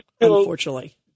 unfortunately